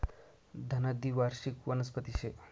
धना द्वीवार्षिक वनस्पती शे